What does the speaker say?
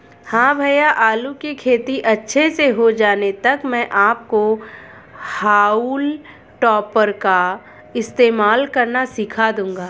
हां भैया आलू की खेती अच्छे से हो जाने तक मैं आपको हाउल टॉपर का इस्तेमाल करना सिखा दूंगा